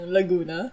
Laguna